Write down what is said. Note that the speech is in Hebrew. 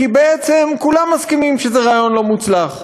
כי בעצם כולם מסכימים שזה רעיון לא מוצלח,